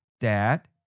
Dad